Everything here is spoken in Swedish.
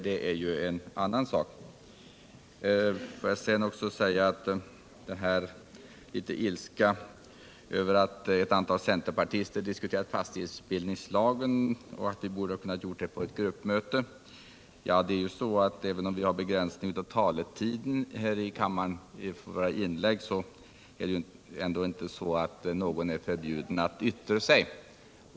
Får jag sedan också säga några ord betwäffande Tore Claesons ilska över att ett antal centerpartister har diskuterat fastighetsbildningslagen och hans uppfattning att de borde ha kunnat göra det på ett gruppmöte. Vi har visserligen begränsning av taletiden här i kammaren, men det är ändå inte så. att någon är förbjuden att yttra sig.